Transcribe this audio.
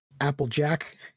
Applejack